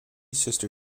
sister